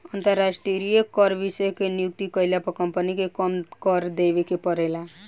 अंतरास्ट्रीय कर विशेषज्ञ के नियुक्ति कईला पर कम्पनी के कम कर देवे के परेला